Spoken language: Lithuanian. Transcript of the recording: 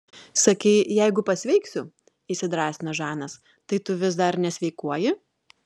sakei jeigu pasveiksiu įsidrąsino žanas tai tu vis dar nesveikuoji